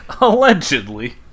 allegedly